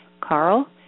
Carl